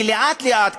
כי לאט-לאט,